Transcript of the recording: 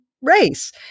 race